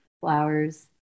flowers